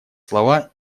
слова